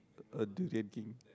uh durian king